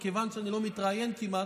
מכיוון שאני לא מתראיין כמעט,